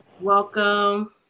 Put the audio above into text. welcome